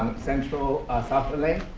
central south la,